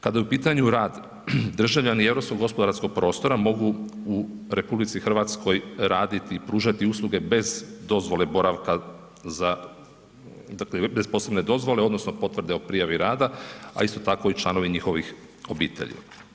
Kada je u pitanju rad, državljani europskog gospodarskog prostora mogu u RH raditi i pružati usluge bez dozvole boravka bez posebne dozvole odnosno potvrde o prijavi rada a isto tako i članovi njihovih obitelji.